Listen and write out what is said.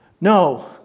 No